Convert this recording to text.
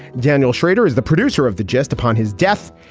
daniel schrader is the producer of the just upon his death.